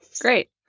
great